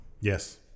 Yes